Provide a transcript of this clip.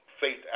faith